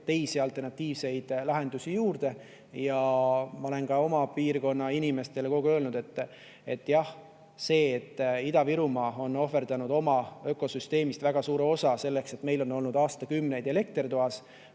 teisi, alternatiivseid lahendusi. Ja ma olen ka oma piirkonna inimestele kogu aeg öelnud, et jah, Ida-Virumaa on ohverdanud oma ökosüsteemist väga suure osa selleks, et meil on olnud aastakümneid elekter toas,